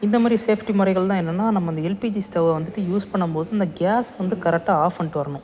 இந்த மாதிரி சேஃப்டி முறைகள்னால் என்னென்னா நம்ம அந்த எல்பிஜி ஸ்டவ்வை வந்துட்டு யூஸ் பண்ணும்போது இந்த கேஸ் வந்து கரெக்டாக ஆஃப் பண்ணிட்டு வரணும்